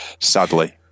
sadly